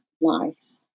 lives